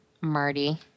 Marty